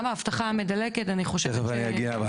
גם האבטחה --- זה יגיע.